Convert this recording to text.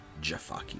Jafaki